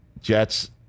Jets